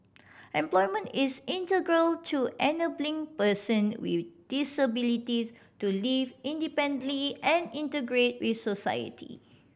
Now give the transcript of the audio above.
employment is integral to enabling person with disabilities to live independently and integrate with society